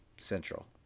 central